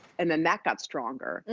and then that got stronger.